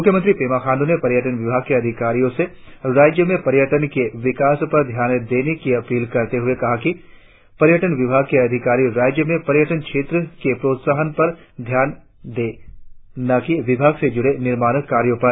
मुख्यमंत्री पेमा खांडू ने पर्यटन विभाग के अधिकारियों से राज्य में पर्यटन के विकास पर ध्यान देने की अपील करते हुए कहा है कि पर्यटन विभाग के अधिकारी राज्य में पर्यटन क्षेत्र के प्रोत्साहन पर ध्यान दे न कि विभाग से जूड़े निर्माण कार्यों पर